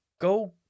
go